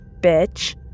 bitch